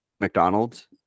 McDonald's